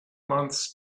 months